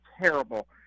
terrible